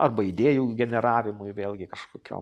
arba idėjų generavimui vėlgi kažkokio